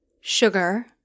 Sugar